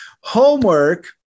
Homework